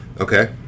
Okay